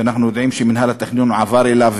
שאנחנו יודעים שמינהל התכנון עבר אליו,